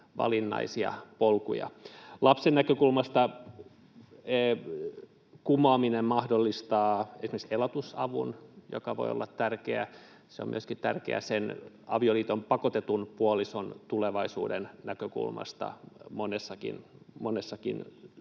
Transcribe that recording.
Lapsen näkökulmasta kumoaminen mahdollistaa esimerkiksi elatusavun, joka voi olla tärkeä. Se on tärkeä myöskin sen avioliittoon pakotetun puolison tulevaisuuden näkökulmasta monessakin